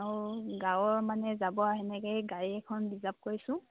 অঁ গাঁৱৰ মানে যাব তেনেকেই গাড়ী এখন ৰিজাৰ্ভ কৰিছোঁ